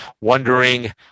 wondering